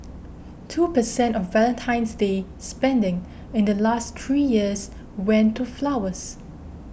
two percent of Valentine's Day spending in the last three years went to flowers